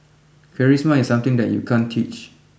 Charisma is something that you can't teach